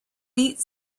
beat